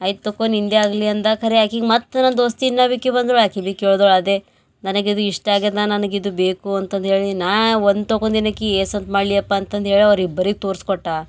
ಆಯ್ತ್ ತಗೋ ನಿಂದೆ ಆಗಲಿ ಅಂದಾ ಖರೆ ಆಕಿಗೆ ಮತ್ತು ನನ್ನ ದೋಸ್ತಿ ಇನ್ನೊಬ್ಬಾಕಿ ಬಂದಳು ಆಕಿ ಬಿ ಕೇಳ್ದೊಳು ಅದೇ ನನಗಿದು ಇಷ್ಟ ಆಗ್ಯದ ನಾ ನನಗಿದು ಬೇಕು ಅಂತಂದು ಹೇಳಿ ನಾ ಒಂದು ತೊಗೊಂದೆನಕಿ ಏಸಂತ ಮಾಡಲಿ ಅಪ್ಪ ಅಂತಂದು ಹೇಳ್ ಅವರಿಬ್ಬರಿಗೆ ತೋರ್ಸಿಕೊಟ್ಟೆ